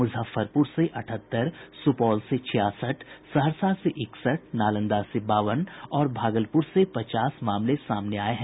मुजफ्फरपुर से अठहत्तर सुपौल से छियासठ सहरसा से इकसठ नालंदा से बावन और भागलपुर से पचास मामले सामने आये हैं